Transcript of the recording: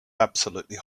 absolutely